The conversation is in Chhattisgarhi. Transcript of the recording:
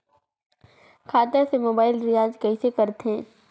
खाता से मोबाइल रिचार्ज कइसे करथे